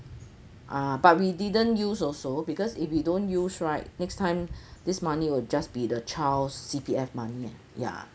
uh but we didn't use also because if you don't use right next time this money will just be the child's C_P_F money ya